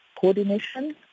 coordination